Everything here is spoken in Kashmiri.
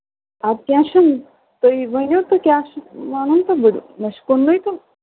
اَدٕ کیٚنہہ چھُنہٕ تُہۍ ؤنِو تہٕ کیٛاہ چھُ وَنُن تہٕ بہٕ مےٚ چھِ کُننُے تہٕ